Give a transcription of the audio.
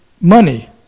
money